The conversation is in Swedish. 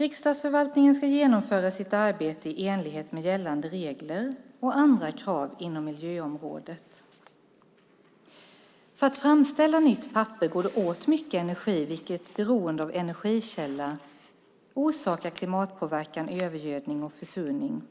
Riksdagsförvaltningen ska genomföra sitt arbete i enlighet med gällande regler och andra krav inom miljöområdet. För att framställa nytt papper går det åt mycket energi vilket beroende av energikälla orsakar klimatpåverkan, övergödning och försurning.